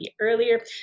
earlier